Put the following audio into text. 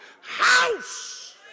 house